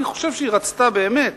אני חושב שהיא רצתה באמת,